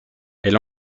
elle